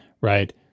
right